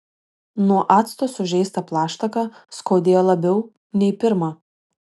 nuo acto sužeistą plaštaką skaudėjo labiau nei pirma